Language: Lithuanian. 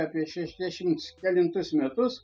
apie šešiasdešimts kelintus metus